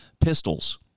pistols